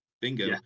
Bingo